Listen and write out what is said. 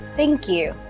thank you.